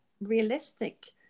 realistic